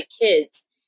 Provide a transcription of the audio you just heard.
kids